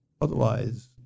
Otherwise